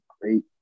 great